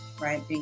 right